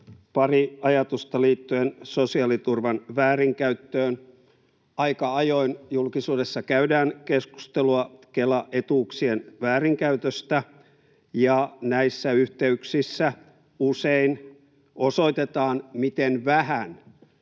Pari ajatusta liittyen sosiaaliturvan väärinkäyttöön. Aika ajoin julkisuudessa käydään keskustelua Kela-etuuksien väärinkäytöstä, ja näissä yhteyksissä usein osoitetaan, miten vähän